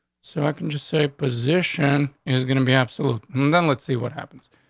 so i could just say position is gonna be absolutely. and then let's see what happens.